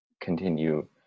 continue